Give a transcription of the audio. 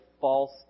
false